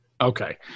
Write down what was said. Okay